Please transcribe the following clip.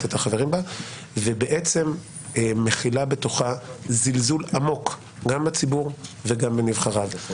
את החברים בה ובעצם מכילה בתוכה זלזול עמוק גם בציבור וגם בנבחריו.